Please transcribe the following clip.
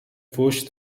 فحش